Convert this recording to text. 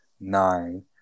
nine